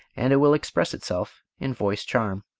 and it will express itself in voice charm.